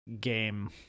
game